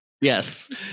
Yes